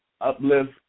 uplift